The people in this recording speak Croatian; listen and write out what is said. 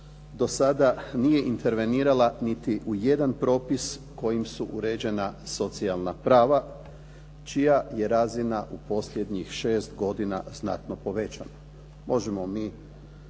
do sada nije intervenirala niti u jedan propis kojim su uređena socijalna prava čija je razina u posljednjih šest godina znatno povećana. Možemo mi